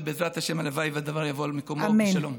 ובעזרת השם הלוואי והדבר יבוא על מקומו בשלום.